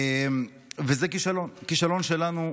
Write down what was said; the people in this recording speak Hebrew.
וזה כישלון שלנו.